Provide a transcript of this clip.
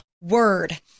Word